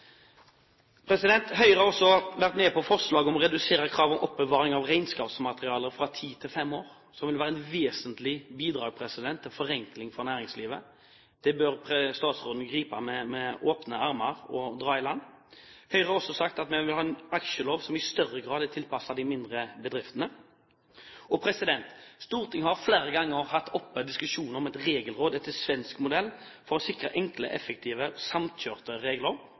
Høyre har også vært med på forslag om å redusere kravet om oppbevaring av regnskapsmateriale fra ti til fem år, noe som vil være et vesentlig bidrag til forenkling for næringslivet. Det bør statsråden ta imot med åpne armer og dra i land. Høyre har også sagt at vi vil ha en aksjelov som i større grad er tilpasset de mindre bedriftene. Stortinget har flere ganger hatt oppe en diskusjon om et regelråd etter svensk modell for å sikre enkle, effektive og samkjørte regler,